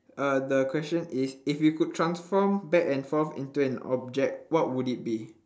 uh the question is if you could transform back and forth into an object what would it be